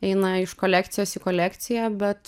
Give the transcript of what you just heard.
eina iš kolekcijos į kolekciją bet